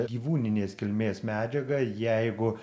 gyvūninės kilmės medžiaga jeigu